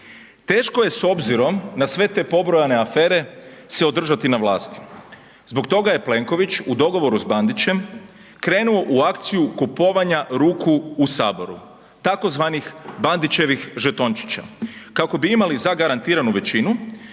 Teško je s obzirom na sve te pobrojane afere se održati na vlasti, zbog toga je Plenković u dogovoru s Bandićem krenuo u akciju kupovanja ruku u HS tzv. Bandićevih žetončića, kako bi imali zagarantiranu većinu,